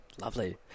Lovely